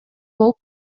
болуп